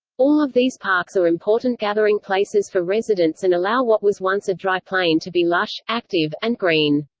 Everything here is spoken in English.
all of these parks are important gathering places for residents and allow what was once a dry plain to be lush, active, and green.